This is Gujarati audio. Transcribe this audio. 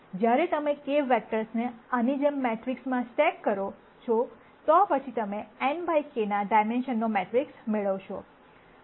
અને જ્યારે તમે k વેક્ટર્સને આની જેમ મેટ્રિક્સમાં સ્ટેક કરો છે તો પછી તમે n બાય k ના ડાયમેન્શનનો મેટ્રિક્સ મેળવશો